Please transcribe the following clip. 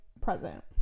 present